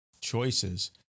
choices